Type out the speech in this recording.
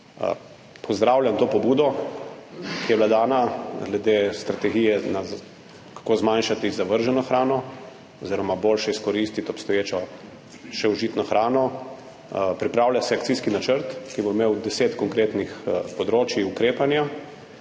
Pozdravljam to pobudo, ki je bila dana glede strategije, kako zmanjšati zavrženo hrano oziroma boljše izkoristiti obstoječo, še užitno hrano. Pripravlja se akcijski načrt, ki bo imel 10 konkretnih področij ukrepanja